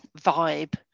vibe